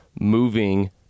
moving